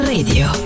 Radio